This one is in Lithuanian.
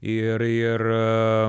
ir ir